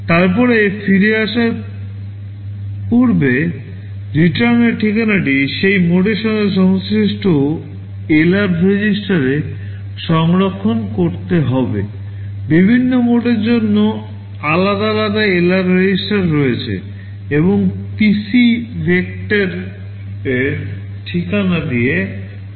তারপরে ফিরে আসার পূর্বে রিটার্নের ঠিকানাটি সেই মোডের সাথে সংশ্লিষ্ট LR রেজিস্টারে সংরক্ষণ করতে হবে বিভিন্ন মোডের জন্য আলাদা আলাদা এলআর REGISTER রয়েছে এবং PC ভেক্টরের ঠিকানা দিয়ে লোড করা হয়